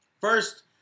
First